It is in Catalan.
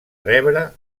rebre